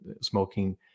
smoking